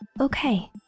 Okay